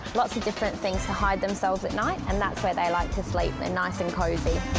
lot's of different things to hide themselves at night. and that's where they like to sleep. they're nice and cozy.